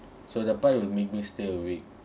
so that part will make me stay awake